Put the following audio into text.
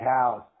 house